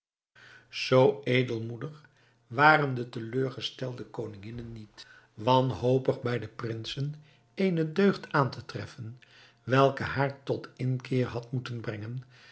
zoo edelmoedig waren de teleurgestelde koninginnen niet wanhopig bij de prinsen eene deugd aan te treffen welke haar tot inkeer had moeten brengen